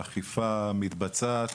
האכיפה מתבצעת,